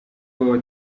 wawe